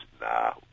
nah